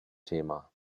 thema